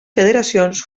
federacions